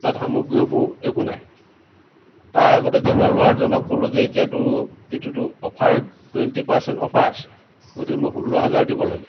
তাত সামগ্ৰীসমূহ একো নাই তাৰ আগতে যেনিবা ল'ৰাজনক ক'লোঁ যে এতিয়াটো এইটোতো অফাৰ টুৱেন্টি পাৰ্চেন্ট অফাৰ আছে গতিকে মই ষোল্ল হাজাৰ দিব লাগে